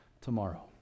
tomorrow